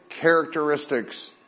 characteristics